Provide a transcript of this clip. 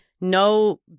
no